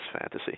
fantasy